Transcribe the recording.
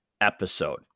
episode